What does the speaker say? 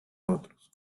otros